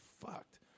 fucked